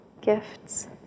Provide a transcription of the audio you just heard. gifts